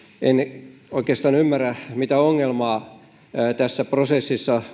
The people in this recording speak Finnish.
en oikeastaan ymmärrä mitä ongelmaa oppositio näkee tässä prosessissa